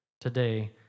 today